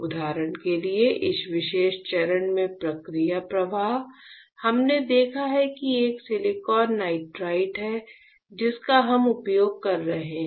उदाहरण के लिए इस विशेष चरण में प्रक्रिया प्रवाह हमने देखा है कि एक सिलिकॉन नाइट्राइड है जिसका हम उपयोग कर रहे हैं